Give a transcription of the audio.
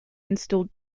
installed